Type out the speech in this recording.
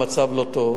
המצב לא טוב.